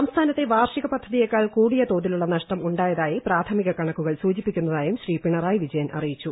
സംസ്ഥാനത്തെ വാർഷിക പദ്ധതിയേക്കാൾ കൂടിയ തോതിലുള്ള നഷ്ടം ഉ ായതായി പ്രാഥമിക കണക്കുകൾ സൂചിപ്പിക്കുന്നതായും ശ്രീ പിണറായി വിജയൻ അറിയിച്ചു